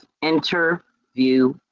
interview